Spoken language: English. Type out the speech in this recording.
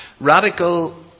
Radical